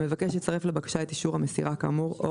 המבקש יצרף לבקשה את אישור המסירה כאמור או